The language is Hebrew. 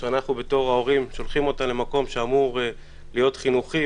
שאנחנו בתור ההורים שולחים אותם למקום שאמור להיות חינוכי,